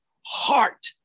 heart